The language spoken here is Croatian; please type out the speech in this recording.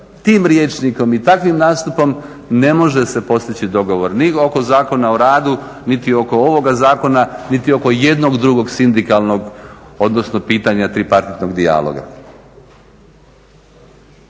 Tim rječnikom i takvim nastupom ne može se postići dogovor ni oko Zakona o radu niti oko ovoga zakona, niti oko jednog drugog sindikalnog odnosno pitanja tripartitnog dijaloga.